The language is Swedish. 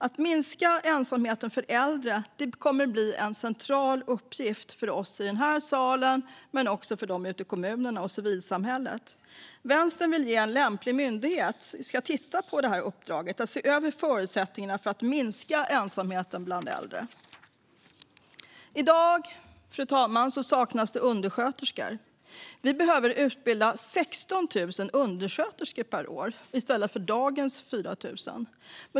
Att minska ensamheten för äldre kommer att bli en central uppgift för oss i den här salen men också för dem som finns ute i kommunerna och i civilsamhället. Vänstern vill att en lämplig myndighet ska ges i uppdrag att se över förutsättningarna för att minska ensamheten bland äldre. Fru talman! I dag saknas det undersköterskor. Vi behöver utbilda 16 000 undersköterskor per år, i stället för dagens 4 000.